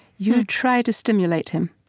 you try to stimulate him.